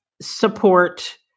support